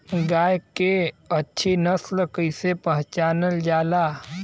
गाय के अच्छी नस्ल कइसे पहचानल जाला?